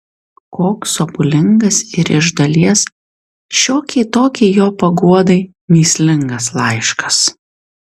koks sopulingas ir iš dalies šiokiai tokiai jo paguodai mįslingas laiškas